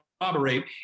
corroborate